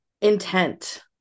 intent